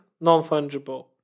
non-fungible